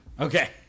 okay